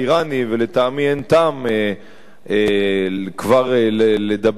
ולטעמי אין טעם כבר לדבר עליהם,